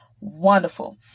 wonderful